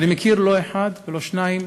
ואני מכיר לא אחד ולא שניים